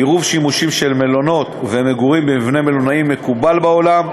עירוב שימושים של מלונאות ומגורים במבנה מלונאי מקובל בעולם,